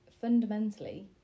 fundamentally